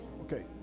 Okay